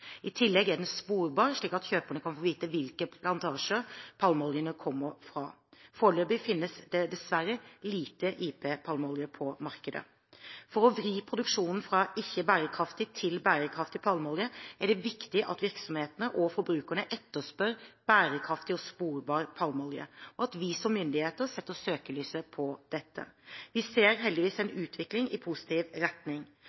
I tillegg er den sporbar, slik at kjøperen kan få vite hvilke plantasjer palmeoljen kommer fra. Foreløpig finnes det dessverre lite IP-palmeolje på markedet. For å vri produksjonen fra ikke bærekraftig til bærekraftig palmeolje er det viktig at virksomhetene og forbrukerne etterspør bærekraftig og sporbar palmeolje, og at vi som myndigheter retter søkelyset mot dette. Vi ser heldigvis en utvikling i positiv retning.